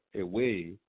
away